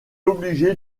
obligé